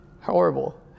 horrible